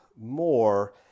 more